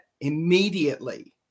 immediately